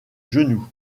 genou